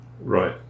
Right